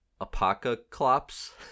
Apocalypse